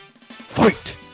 Fight